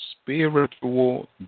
spiritual